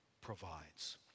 provides